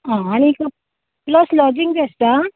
आं आनीक plus lodging घेतल्यार